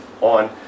on